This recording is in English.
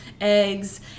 eggs